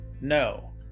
No